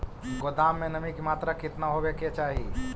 गोदाम मे नमी की मात्रा कितना होबे के चाही?